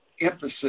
emphasis